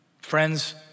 Friends